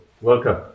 Welcome